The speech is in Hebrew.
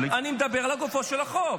אני מדבר לגופו של החוק.